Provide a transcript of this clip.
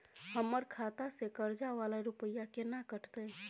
हमर खाता से कर्जा वाला रुपिया केना कटते?